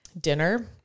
Dinner